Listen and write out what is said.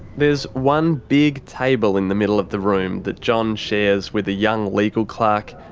there's one big table in the middle of the room that john shares with a young legal clerk,